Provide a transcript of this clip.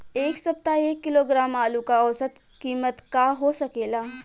एह सप्ताह एक किलोग्राम आलू क औसत कीमत का हो सकेला?